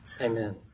Amen